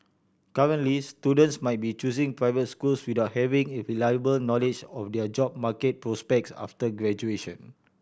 currently students might be choosing private schools without having a reliable knowledge of their job market prospects after graduation